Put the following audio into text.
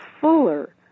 fuller